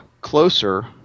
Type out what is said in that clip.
closer